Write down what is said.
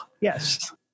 Yes